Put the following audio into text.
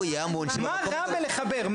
הוא יהיה ה --- מה רע בלחבר?